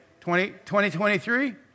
2023